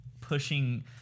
pushing